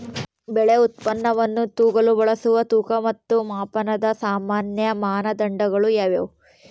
ಬೆಳೆ ಉತ್ಪನ್ನವನ್ನು ತೂಗಲು ಬಳಸುವ ತೂಕ ಮತ್ತು ಮಾಪನದ ಸಾಮಾನ್ಯ ಮಾನದಂಡಗಳು ಯಾವುವು?